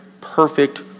perfect